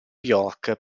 york